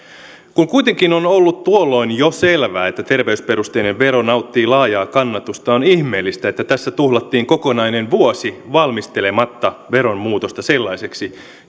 kun kuitenkin on ollut tuolloin jo selvää että terveysperusteinen vero nauttii laajaa kannatusta on ihmeellistä että tässä tuhlattiin kokonainen vuosi valmistelematta veronmuutosta sellaiseksi